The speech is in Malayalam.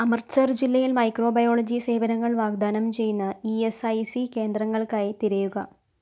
അമൃത്സർ ജില്ലയിൽ മൈക്രോബയോളജി സേവനങ്ങൾ വാഗ്ദാനം ചെയ്യുന്ന ഇ എസ്ഐ സി കേന്ദ്രങ്ങൾക്കായി തിരയുക